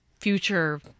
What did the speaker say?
future